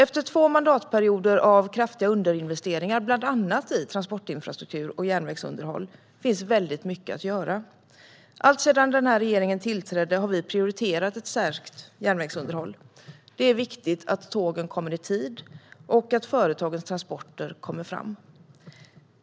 Efter två mandatperioder av kraftiga underinvesteringar i bland annat transportinfrastruktur och järnvägsunderhåll finns mycket att göra. Alltsedan regeringen tillträdde har vi prioriterat ett särskilt järnvägsunderhåll. Det är viktigt att tågen kommer i tid och att företagens transporter kommer fram.